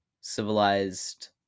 civilized